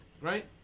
right